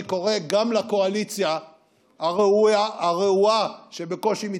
אני קורא גם לקואליציה הרעועה, שבקושי מתקיימת,